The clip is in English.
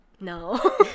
no